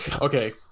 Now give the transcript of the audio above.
Okay